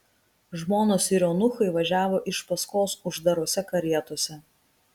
žmonos ir eunuchai važiavo iš paskos uždarose karietose